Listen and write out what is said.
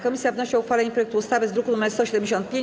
Komisja wnosi o uchwalenie projektu ustawy z druku nr 175.